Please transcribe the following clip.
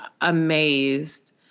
amazed